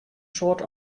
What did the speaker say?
soad